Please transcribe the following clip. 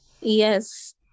Yes